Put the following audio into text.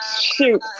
Shoot